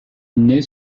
naît